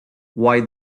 why